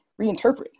reinterpret